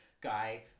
guy